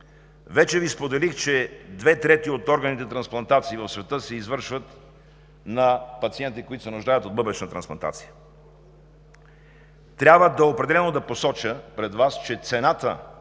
Вече Ви споделих, че две трети от органните трансплантации в света се извършват на пациенти, които се нуждаят от бъбречна трансплантация. Трябва определено да посоча пред Вас, че цената